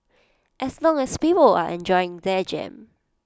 as long as people are enjoying their jam